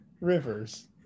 Rivers